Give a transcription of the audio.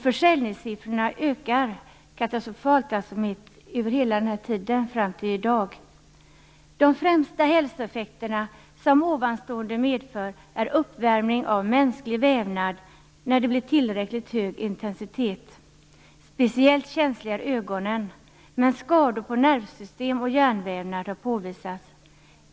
Försäljningssiffrorna har sedan ökat katastrofalt hela tiden fram till i dag. De främsta hälsoeffekterna är uppvärmning av mänsklig vävnad när intensiteten blir tillräckligt hög. Speciellt känsliga är ögonen men skador på nervsystem och hjärnvävnad har påvisats.